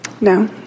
No